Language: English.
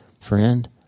friend